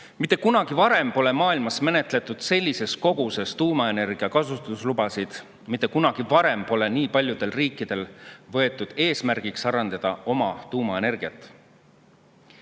tõttu. Mitte kunagi varem pole maailmas menetletud sellises koguses tuumaenergia kasutuslubasid, mitte kunagi varem pole nii paljud riigid võtnud eesmärgiks arendada tuumaenergiat.